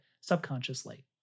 subconsciously